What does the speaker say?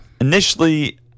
Initially